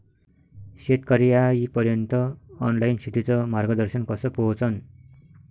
शेतकर्याइपर्यंत ऑनलाईन शेतीचं मार्गदर्शन कस पोहोचन?